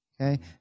Okay